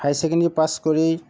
higher secondary pass কৰি